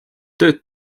tööd